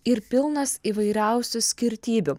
ir pilnas įvairiausių skirtybių